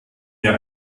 mir